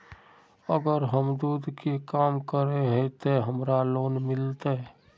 अगर हम दूध के काम करे है ते हमरा लोन मिलते?